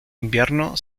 invierno